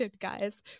guys